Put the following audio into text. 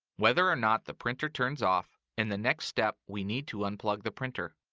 whether or not the printer turns off, in the next step we need to unplug the printer.